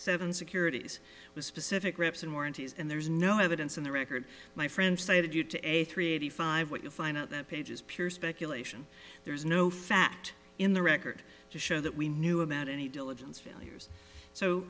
seven securities with specific reps and warranties and there's no evidence in the record my friends say that due to a three eighty five what you find out that page is pure speculation there's no fact in the record to show that we knew about any diligence failures so